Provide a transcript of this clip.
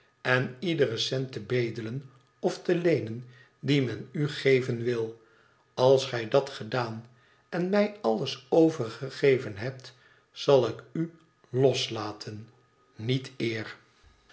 en iederen cent te bedelen of te leenen dien men u geven wil als gij dat gedaan en mij alles overgegeven hebt zal ik u loslaten niet eer